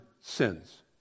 sins